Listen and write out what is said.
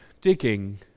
digging